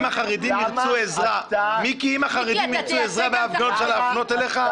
אם החרדים ירצו עזרה בהפגנות שלהם להפנות אליך?